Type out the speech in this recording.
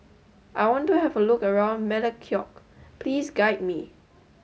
I want to have a look around Melekeok please guide me